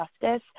justice